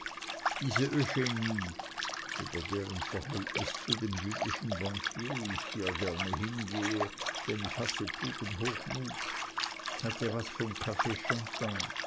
diese eugenie über deren verhältnis zu dem jüdischen bankier ich hier gern hingehe denn ich hasse tugendhochmut hatte was vom caf